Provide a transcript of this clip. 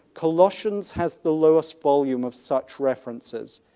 colossians has the lowest volume of such references.